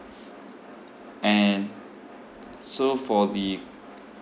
and so for the